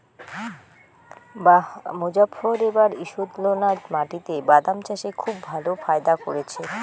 বাঃ মোজফ্ফর এবার ঈষৎলোনা মাটিতে বাদাম চাষে খুব ভালো ফায়দা করেছে